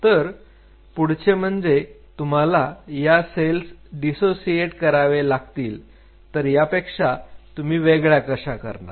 तर पुढचे म्हणजे तुम्हाला या सेल्स दिसोसिएट करावे लागतील तर यापेक्षा तुम्ही वेगळ्या कशा करणार